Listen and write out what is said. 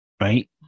right